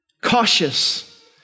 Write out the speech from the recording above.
cautious